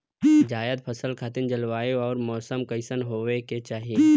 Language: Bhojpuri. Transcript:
जायद फसल खातिर जलवायु अउर मौसम कइसन होवे के चाही?